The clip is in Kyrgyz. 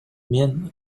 мен